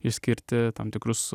išskirti tam tikrus